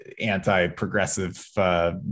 anti-progressive